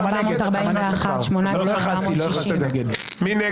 18,121 עד 18,140. מי בעד?